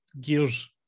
gears